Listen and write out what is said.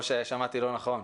או ששמעתי לא נכון?